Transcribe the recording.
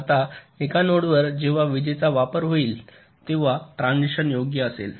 आता एका नोडवर जेव्हा विजेचा वापर होईल तेव्हा एक ट्रान्सिशन योग्य असेल